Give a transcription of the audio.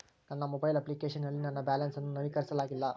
ನನ್ನ mobile application ನಲ್ಲಿ ನನ್ನ ಬ್ಯಾಲೆನ್ಸ್ ಅನ್ನು ನವೀಕರಿಸಲಾಗಿಲ್ಲ